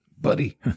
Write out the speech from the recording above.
buddy